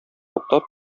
туктап